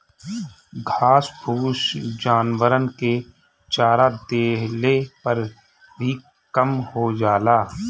घास फूस जानवरन के चरा देहले पर भी कम हो जाला